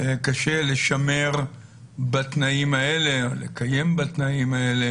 קשה לשמר בתנאים האלה או לקיים בתנאים האלה